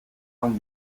joan